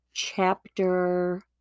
chapter